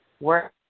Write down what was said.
work